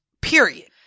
Period